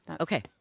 Okay